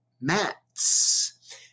mats